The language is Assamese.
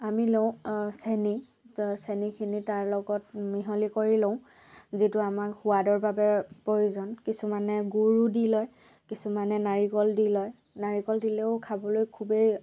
আমি লওঁ চেনী তাৰ চেনীখিনি তাৰ লগত মিহলি কৰি লওঁ যিটো আমাক সোৱাদৰ বাবে প্ৰয়োজন কিছুমানে গুৰো দি লয় কিছুমানে নাৰিকল দি লয় নাৰিকল দিলেও খাবলৈ খুবেই